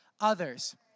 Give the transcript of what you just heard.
others